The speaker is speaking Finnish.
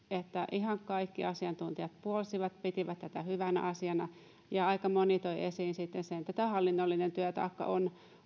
ihan kaikki asiantuntijat puolsivat pitivät tätä hyvänä asiana aika moni toi esiin sen että hallinnollinen työtaakka on